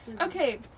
okay